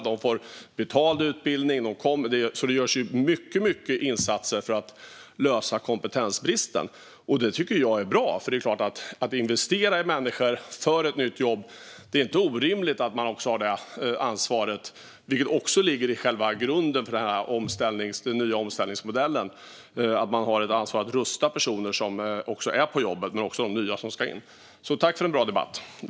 Och de får betald utbildning. Det görs alltså många insatser för att lösa kompetensbristen, och det tycker jag är bra. Det är inte orimligt att man har ansvar för att investera i människor när det gäller ett nytt jobb. Det ligger också i själva grunden för den nya omställningsmodellen. Man har ett ansvar att rusta personer som är på jobbet men också de nya som ska in. Tack för en bra debatt!